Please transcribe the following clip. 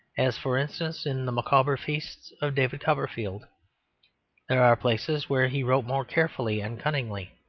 as, for instance, in the micawber feasts of david copperfield there are places where he wrote more carefully and cunningly,